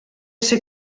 ser